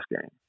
game